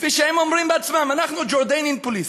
כפי שהם אומרים בעצמם: אנחנוJordanian Police .